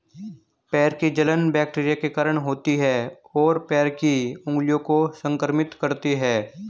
पैर की जलन बैक्टीरिया के कारण होती है, और पैर की उंगलियों को संक्रमित करती है